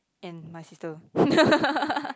and my sister